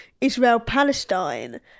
Israel-Palestine